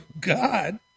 God